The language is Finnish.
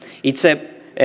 itse